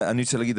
אני רוצה להגיד,